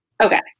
Okay